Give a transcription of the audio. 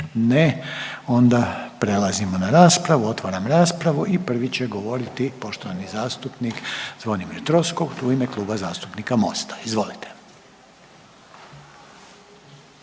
Ne. Onda prelazimo na raspravu, otvaram raspravu i prvi će govoriti poštovani zastupnik Zvonimir Troskot u ime Kluba zastupnika Mosta, izvolite.